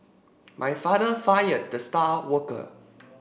my father fired the star worker